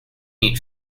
eat